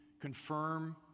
confirm